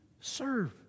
serve